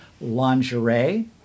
lingerie